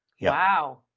Wow